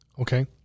Okay